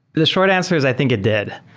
the short answer is i think it did,